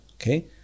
Okay